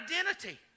identity